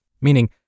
meaning